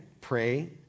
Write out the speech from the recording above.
Pray